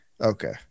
Okay